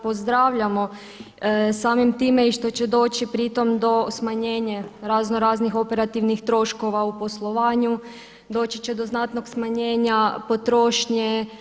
Pozdravljamo samim time i što će doći pri tom do smanjenja raznoraznih operativnih troškova u poslovanju, doći će do znatnog smanjenja potrošnje.